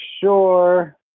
sure